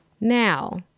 Now